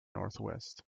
northwest